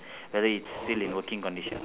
whether it's still in working condition